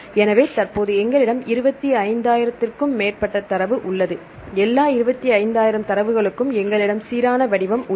எனவே தற்போது எங்களிடம் 25000 க்கும் மேற்பட்ட தரவு உள்ளது எல்லா 25000 தரவுகளுக்கும் எங்களிடம் சீரான வடிவம் உள்ளது